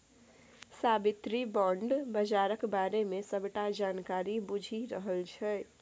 साबित्री bond बजारक बारे मे सबटा जानकारी बुझि रहल छै